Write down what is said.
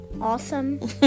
Awesome